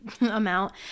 amount